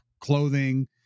clothing